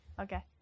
Okay